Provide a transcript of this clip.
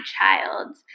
child